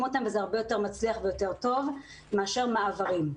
אותם וזה הרבה יותר מצליח ויותר טוב מאשר מעברים.